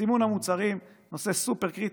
סימון המוצרים הוא נושא סופר-קריטי,